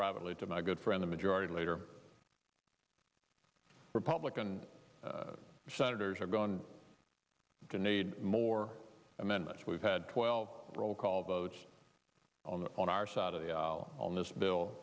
privately to my good friend the majority leader republican senators are going to need more amendments we've had twelve roll call votes on our side of the aisle on this bill